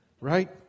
right